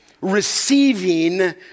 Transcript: receiving